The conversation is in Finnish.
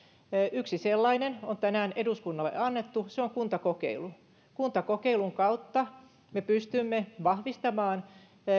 yksi sellainen on tänään eduskunnalle annettu se on kuntakokeilu kuntakokeilun kautta me pystymme vahvistamaan